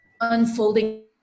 unfolding